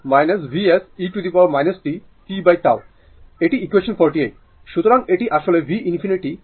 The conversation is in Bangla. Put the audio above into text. Vs সুতরাং এটি আসলে Vs v0 Vs e t tτ এটি ইকুয়েশন 48